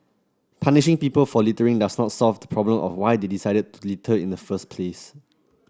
punishing people for littering does not solve the problem of why they decided to litter in the first place